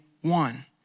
one